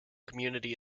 community